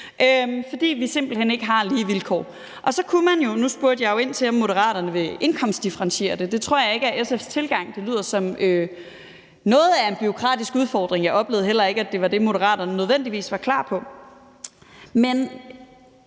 Vi har simpelt hen ikke lige vilkår. Nu spurgte jeg jo ind til, om Moderaterne vil indkomstdifferentiere det, og det kunne man jo, men det tror jeg ikke er SF's tilgang til det, for det lyder som noget af en bureaukratisk udfordring. Jeg oplevede heller ikke, at det var det, Moderaterne nødvendigvis var klar på. Men